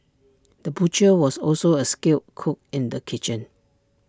the butcher was also A skilled cook in the kitchen